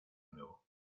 nuevo